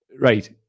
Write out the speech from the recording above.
Right